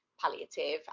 palliative